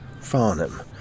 Farnham